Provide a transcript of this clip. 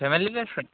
family restaurant